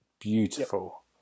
beautiful